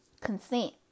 Consent